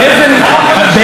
באמת,